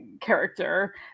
character